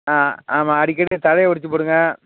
ஆ ஆமாம் அடிக்கடி தழையை ஒடித்துப் போடுங்க